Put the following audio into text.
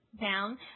down